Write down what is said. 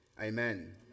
Amen